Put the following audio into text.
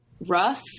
rough